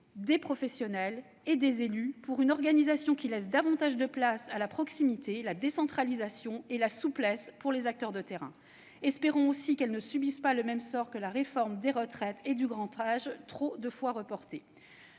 des professionnels et des élus. Cette organisation doit laisser davantage de place à la proximité, à la décentralisation et à la souplesse pour les acteurs de terrain. Espérons aussi qu'elle ne subisse pas le sort des réformes des retraites et du grand âge, trop de fois reportées.